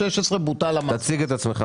בוטל המס.